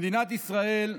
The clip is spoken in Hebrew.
במדינת ישראל,